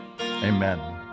amen